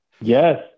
Yes